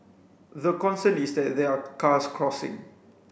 the concern is that there are cars crossing